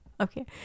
Okay